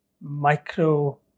micro